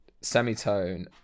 semitone